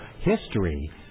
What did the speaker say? history